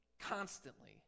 constantly